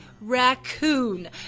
Raccoon